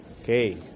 Okay